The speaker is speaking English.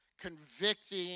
convicting